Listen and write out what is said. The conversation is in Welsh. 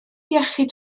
iechyd